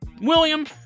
William